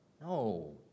No